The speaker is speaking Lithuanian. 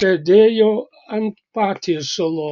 sėdėjo ant patiesalo